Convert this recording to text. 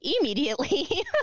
immediately